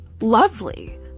lovely